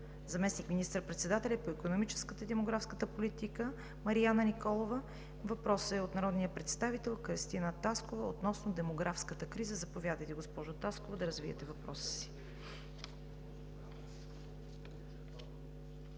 заместник министър-председателя по икономическата и демографската политика Марияна Николова. Въпросът е от народния представител Кръстина Таскова относно демографската криза. Заповядайте, госпожо Таскова, да развиете въпроса си.